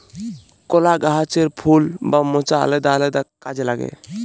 কলা গাহাচের ফুল বা মচা আলেদা আলেদা কাজে লাগে